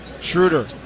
Schroeder